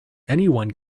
anyone